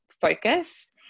focus